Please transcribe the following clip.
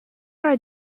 are